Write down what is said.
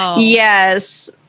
yes